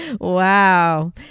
wow